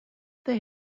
they